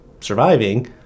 surviving